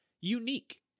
unique